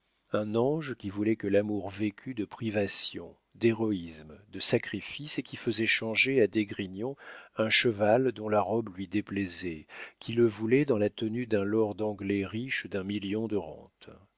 un ange qui voulait que l'amour vécût de privations d'héroïsme de sacrifices et qui faisait changer à d'esgrignon un cheval dont la robe lui déplaisait qui le voulait dans la tenue d'un lord anglais riche d'un million de rente